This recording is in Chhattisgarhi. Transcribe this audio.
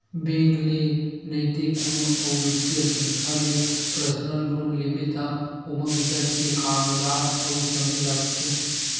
बेंक ले नइते कोनो अउ बित्तीय संस्था ले पर्सनल लोन लेबे त ओमा बिकट के कागजात अउ समे लागथे